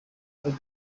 album